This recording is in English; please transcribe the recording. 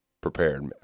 prepared